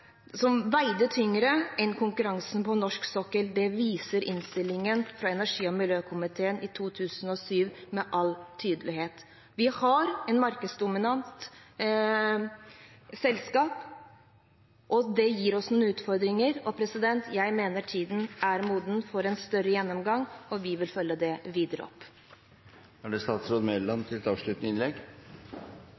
som veide tyngre enn konkurransen på norsk sokkel. Det viser innstillingen fra energi- og miljøkomiteen i 2007 med all tydelighet. Vi har et markedsdominant selskap, og det gir oss noen utfordringer. Jeg mener tiden er moden for en større gjennomgang, og vi vil følge det videre opp.